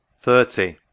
thirty